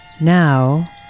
Now